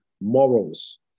morals